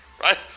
right